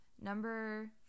Number